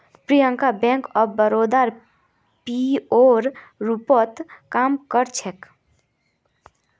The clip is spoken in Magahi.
प्रियंका बैंक ऑफ बड़ौदात पीओर रूपत काम कर छेक